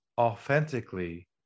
authentically